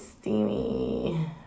steamy